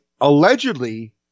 allegedly